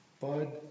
Bud